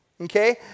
Okay